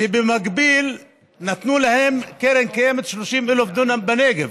ובמקביל נתנו להם, לקרן קיימת, 30,000 דונם בנגב.